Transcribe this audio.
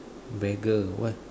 beggar what